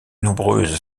nombreuses